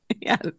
Yes